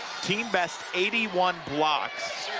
team best eighty one blocks,